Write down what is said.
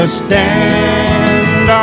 stand